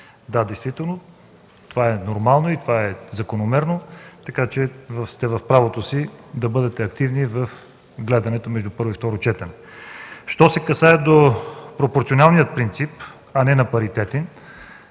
Да, действително, това е нормално и закономерно. Вие сте в правото си да бъдете активни при гледането между първо и второ четене. Що се отнася до пропорционалния принцип, а не паритетния,